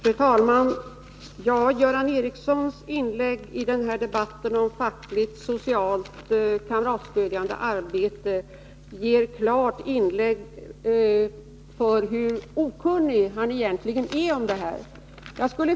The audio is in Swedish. Fru talman! Göran Ericssons inlägg om fackligt och socialt kamratstödjande arbete ger klart belägg för hur okunnig om detta han egentligen är.